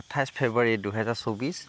আঠাইছ ফেব্ৰুৱাৰী দুহেজাৰ চৌব্বিছ